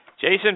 Jason